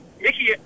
Mickey